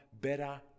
better